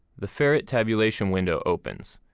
the ferrett tabulation window opens.